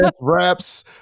raps